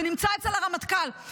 זה נמצא אצל הרמטכ"ל,